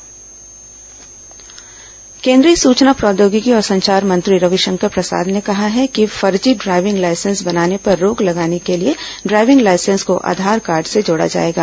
driving licence Aadhaar केंद्रीय सूचना प्रौद्योगिकी और संचार मंत्री रविशंकर प्रसाद ने कहा है कि फर्जी ड्राइविंग लाइसेंस बनाने पर रोक लगाने के लिए ड्राइविंग लाइसेंस को आधार कार्ड से जोड़ा जाएगा